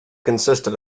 consisted